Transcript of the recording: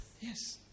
Yes